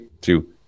two